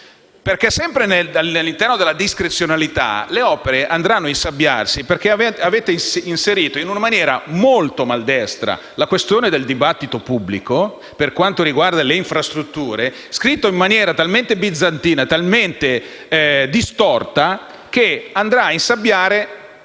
perché sempre all'interno della discrezionalità le opere andranno ad insabbiarsi perché avete inserito, in maniera molto maldestra, la questione del dibattito pubblico per quanto riguarda le infrastrutture, in maniera talmente bizantina e distorta che andrà ad insabbiare